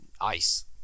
ice